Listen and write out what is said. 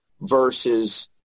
versus